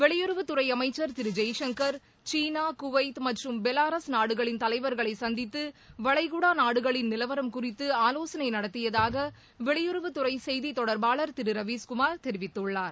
வெளியுறவுத்துறை அமைச்ச் திரு ஜெய்சங்கா் சீனா குவைத் மற்றும் பெலாரஸ் நாடுகளின் தலைவா்களை சந்தித்து வளைகுடா நாடுகளின் நிலவரம் குறித்து ஆலோசனை நடத்தியதாக வெளியுறவுத்துறை செய்தி தொடர்பாள திரு ரவீஸ் குமார் தெரிவித்துள்ளார்